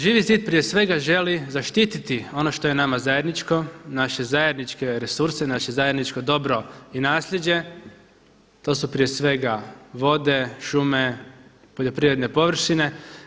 Živi zid prije svega želi zaštititi ono što je nama zajedničko, naše zajedničke resurse, naše zajedničko dobro i naslijeđe, to su prije svega vode, šume, poljoprivredne površine.